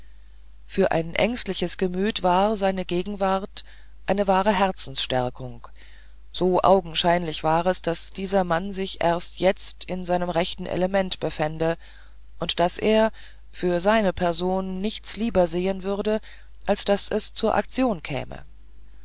für ein ängstliches gemüt war seine gegenwart eine wahre herzensstärkung so augenscheinlich war es daß dieser mann sich erst jetzt in seinem rechten element befände und daß er für seine person nichts lieber sehen würde als daß es zur aktion käme